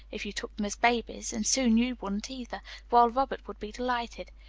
if you took them as babies, and soon you wouldn't either while robert would be delighted.